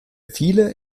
viele